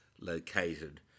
located